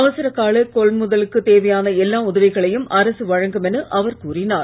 அவசரகால கொள்முதலுக்கு தேவையான எல்லா உதவிகளையும் அரசு வழங்கும் என அவர் கூறினார்